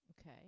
okay